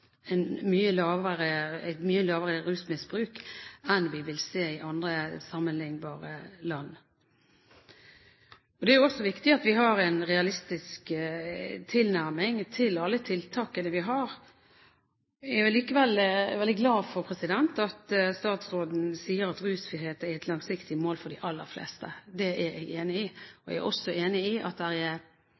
mye mindre rusmiddelmisbruk enn vi ser i andre, sammenlignbare land. Det er jo også viktig at vi har en realistisk tilnæring til alle tiltakene vi har. Jeg er veldig glad for at statsråden sier at rusfrihet er et langsiktig mål for de aller fleste. Det er jeg enig i. Jeg er også enig i at rusfrihet aldri må være en betingelse for å få hjelp. Alle mennesker skal få hjelp. Vi har jo sett at det er